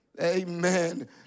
Amen